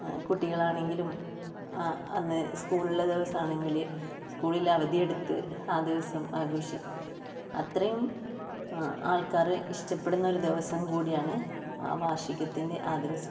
കുട്ടികളാണെങ്കിലും അന്ന് സ്കൂളുള്ള ദിവസമാണെങ്കിൽ സ്കൂളിൽ അവധിയെടുത്ത് ആ ദിവസം ആഘോഷിക്കും അത്രയും ആൾക്കാർ ഇഷ്ടപ്പെടുന്ന ഒരു ദിവസം കൂടിയാണ് ആ വാർഷികത്തിൻ്റെ ആ ദിവസം